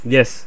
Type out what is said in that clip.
Yes